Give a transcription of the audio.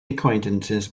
acquaintances